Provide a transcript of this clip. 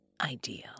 ideal